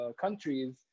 countries